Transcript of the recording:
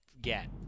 get